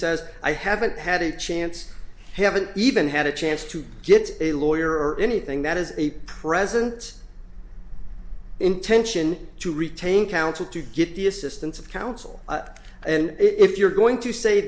says i haven't had a chance haven't even had a chance to get a lawyer or anything that is a president's intention to retain counsel to get the assistance of counsel and if you're going to say